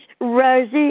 Rosie